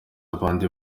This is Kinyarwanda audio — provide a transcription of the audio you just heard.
abandi